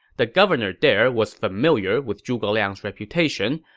the governor there was familiar with zhuge liang's reputation,